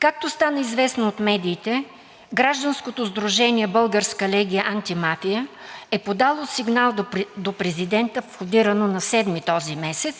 Както стана известно от медиите, гражданско сдружение „Българска Легия Антимафия“ е подало сигнал до президента, входиран на седми ноември,